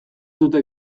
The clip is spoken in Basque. dute